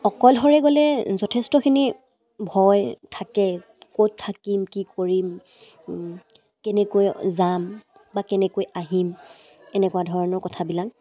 অকলশৰে গ'লে যথেষ্টখিনি ভয় থাকে ক'ত থাকিম কি কৰিম কেনেকৈ যাম বা কেনেকৈ আহিম এনেকুৱা ধৰণৰ কথাবিলাক